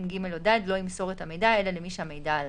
(ג) או (ד) לא ימסור את המידע אלא למי שהמידע עליו.